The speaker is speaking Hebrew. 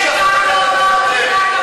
זה גם לא אמרתי,